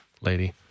lady